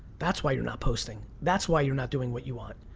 that's why you're not posting, that's why you're not doing what you want.